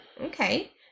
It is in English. okay